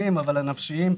הנפשי.